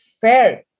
Fair